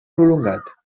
prolongat